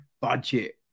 budget